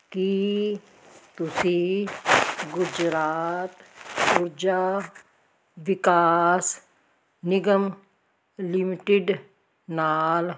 ਕੀ ਤੁਸੀਂ ਗੁਜਰਾਤ ਊਰਜਾ ਵਿਕਾਸ ਨਿਗਮ ਲਿਮਟਿਡ ਨਾਲ